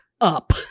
up